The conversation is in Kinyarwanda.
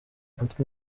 ati